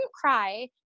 cry